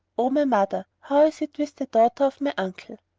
o my mother, how is it with the daughter of my uncle?